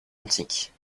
antique